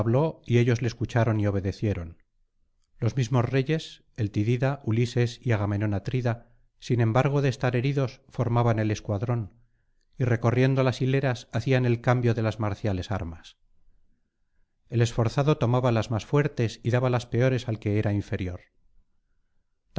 y ellos le escucharon y obedecieron los mismos reyes el tidida ulises y agamenón atrida sin embargo de estar heridos formaban el escuadrón y recorriendo las hileras hacían el cambio de las marciales armas el esforzado tomaba las más fuertes y daba las peores al que le era inferior